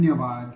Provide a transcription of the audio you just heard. धन्यवाद